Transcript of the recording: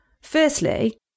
Firstly